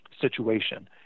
situation